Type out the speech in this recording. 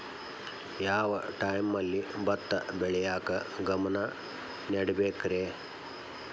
ಯಾವ್ ಟೈಮಲ್ಲಿ ಭತ್ತ ಬೆಳಿಯಾಕ ಗಮನ ನೇಡಬೇಕ್ರೇ?